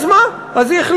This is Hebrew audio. אז מה, אז היא החליטה.